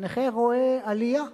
הנכה רואה עלייה,